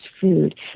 food